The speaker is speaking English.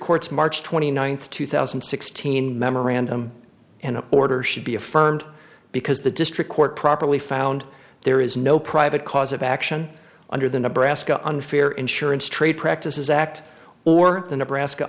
court's march twenty ninth two thousand and sixteen memorandum and order should be affirmed because the district court properly found there is no private cause of action under the nebraska unfair insurance trade practices act or the nebraska